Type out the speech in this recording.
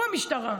הוא המשטרה.